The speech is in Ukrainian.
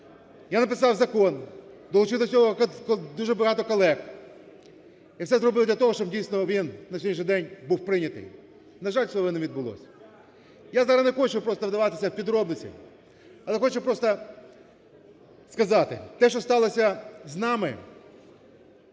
Я написав закон, долучив до цього дуже багато колег. І все зробив для того, щоб дійсно він на сьогоднішній день був прийнятий. На жаль, цього не відбулось. Я зараз не хочу просто вдаватись в подробиці. Але хочу просто сказати. Те, що сталось з нами